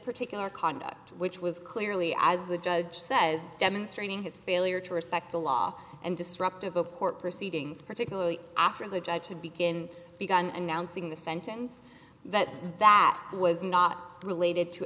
particular conduct which was clearly as the judge says demonstrating his failure to respect the law and disruptive of court proceedings particularly after the judge to begin begun announcing the sentence that that was not related to